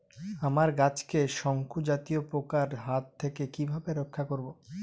আমার গাছকে শঙ্কু জাতীয় পোকার হাত থেকে কিভাবে রক্ষা করব?